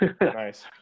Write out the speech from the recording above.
Nice